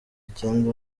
icyenda